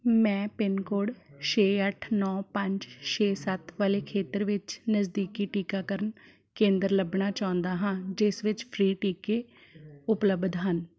ਮੈਂ pin code ਛੇ ਅੱਠ ਨੌ ਪੰਜ ਛੇ ਸੱਤ ਵਾਲੇ ਖੇਤਰ ਵਿੱਚ ਨਜ਼ਦੀਕੀ ਟੀਕਾਕਰਨ ਕੇਂਦਰ ਲੱਭਣਾ ਚਾਹੁੰਦਾ ਹਾਂ ਜਿਸ ਵਿੱਚ ਫ੍ਰੀ ਟੀਕੇ ਉਪਲਬਧ ਹਨ